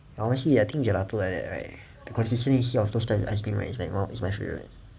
honestly ya I think gelato like that right the consistency of those type of ice cream right it's one it's my favourite